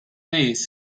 knees